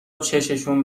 چششون